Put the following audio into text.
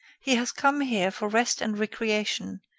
he has come here for rest and recreation,